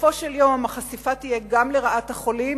בסופו של יום החשיפה תהיה גם לרעת החולים,